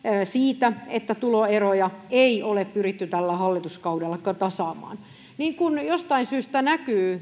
siitä että tuloeroja ei ole pyritty tällä hallituskaudella tasaamaan niin kuin jostain syystä näkyy